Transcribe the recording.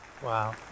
Wow